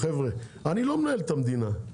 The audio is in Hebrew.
חבר'ה, אני לא מנהל את המדינה,